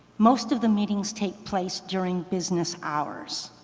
most of the meetings take place during business hours.